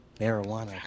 Marijuana